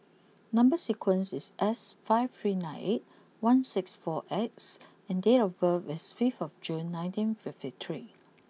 number sequence is S five three nine eight one six four X and date of birth is fifth of June nineteen fifty three